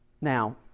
Now